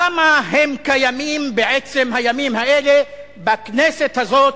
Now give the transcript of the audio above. כמה הם קיימים בעצם הימים האלה בכנסת הזאת,